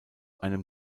einem